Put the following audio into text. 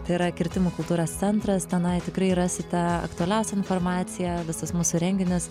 tai yra kirtimų kultūros centras tenai tikrai rasite aktualiausią informaciją visus mūsų renginius